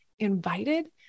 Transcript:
invited